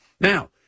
Now